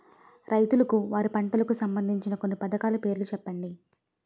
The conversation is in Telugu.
రైతులకు వారి పంటలకు సంబందించిన కొన్ని పథకాల పేర్లు చెప్పండి?